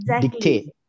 dictate